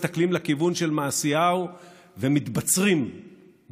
מסתכלים רק לכיוון של מעשיהו ומתבצרים בבלפור.